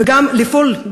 וגם לפעול,